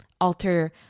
alter